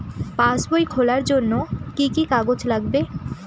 পাসবই খোলার জন্য কি কি কাগজ লাগবে?